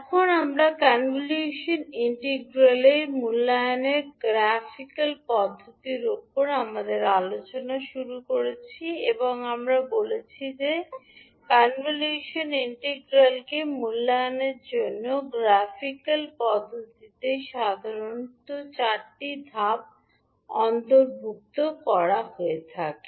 এখন আমরা কনভলিউশন ইন্টিগ্রালের মূল্যায়নের গ্রাফিক্যাল পদ্ধতির উপর আমাদের আলোচনা শুরু করেছি এবং আমরা বলেছি যে কনভলিউশন ইন্টিগ্রালকে মূল্যায়নের জন্য গ্রাফিকাল পদ্ধতিতে সাধারণত চারটি ধাপ অন্তর্ভুক্ত থাকে